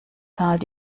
zahlt